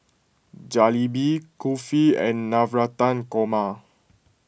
Jalebi Kulfi and Navratan Korma